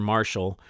Marshall